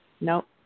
Nope